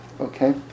okay